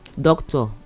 doctor